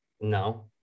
No